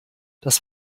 das